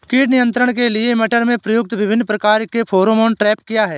कीट नियंत्रण के लिए मटर में प्रयुक्त विभिन्न प्रकार के फेरोमोन ट्रैप क्या है?